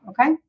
Okay